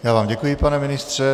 Já vám děkuji, pane ministře.